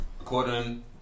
According